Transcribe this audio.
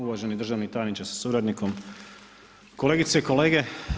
Uvaženi državni tajniče sa suradnikom, kolegice i kolege.